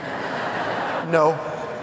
No